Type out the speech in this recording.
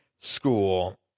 school